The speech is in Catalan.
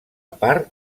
part